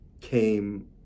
came